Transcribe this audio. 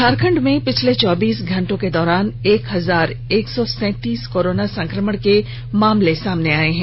झारखंड में पिछले चौबीस घंटे के दौरान एक हजार एक सौ सैंतीस कोरोना संक्रमण के मामले आए हैं